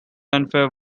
unfair